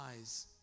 eyes